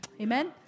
Amen